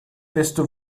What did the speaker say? desto